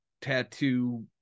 tattoo